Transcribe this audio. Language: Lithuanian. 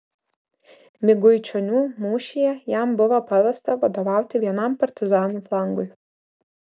miguičionių mūšyje jam buvo pavesta vadovauti vienam partizanų flangui